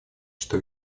что